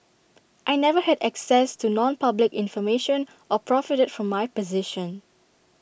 I never had access to nonpublic information or profited from my position